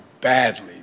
badly